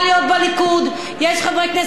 יש חברי כנסת חברתיים בליכוד,